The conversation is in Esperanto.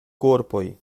korpoj